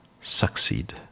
succeed